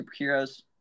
superheroes